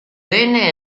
venne